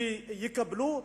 יקבלו.